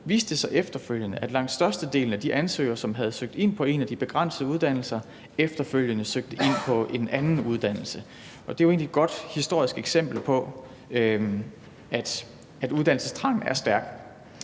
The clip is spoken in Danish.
viste det sig efterfølgende, at langt størstedelen af de ansøgere, som havde søgt ind på en af de begrænsede uddannelser, søgte ind på en anden uddannelse, og det er jo egentlig et godt historisk eksempel på, at uddannelsestrangen er stærk.